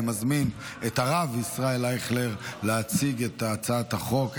אני מזמין את הרב ישראל אייכלר להציג את הצעת החוק.